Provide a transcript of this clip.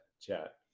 chat